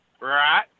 Right